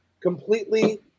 completely